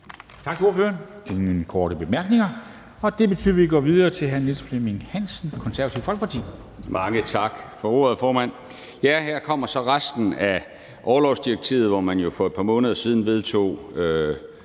Tak til ordføreren.